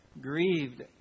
Grieved